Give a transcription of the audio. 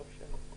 לא משנה.